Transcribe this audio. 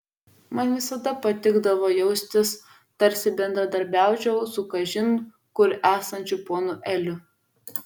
man visada patikdavo jaustis tarsi bendradarbiaučiau su kažin kur esančiu ponu eliu